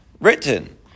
written